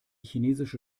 chinesische